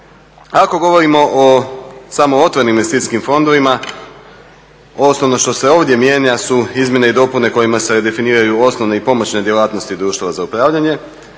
Ako govorimo o samo otvorenim investicijskim fondovima, osnovno što se ovdje mijenja su izmjene i dopune kojima se definiraju osnovne i pomoćne djelatnosti društva za upravljanje.